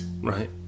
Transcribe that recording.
Right